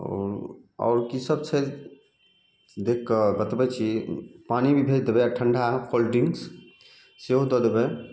आओर आओर की सब छै देख कऽ बतबय छी पानी भी भेज देबय आओर ठण्डा होयत कोलड्रिंक सेहो दऽ देबय